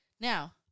Now